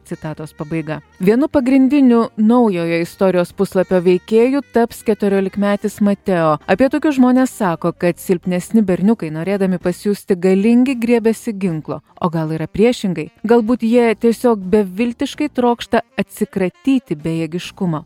citatos pabaiga vienu pagrindiniu naujojo istorijos puslapio veikėju taps keturiolikmetis mateo apie tokius žmones sako kad silpnesni berniukai norėdami pasijusti galingi griebiasi ginklo o gal yra priešingai galbūt jie tiesiog beviltiškai trokšta atsikratyti bejėgiškumo